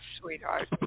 sweetheart